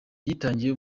yitangiye